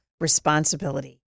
responsibility